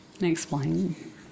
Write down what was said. Explain